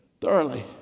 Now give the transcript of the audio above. Thoroughly